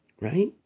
Right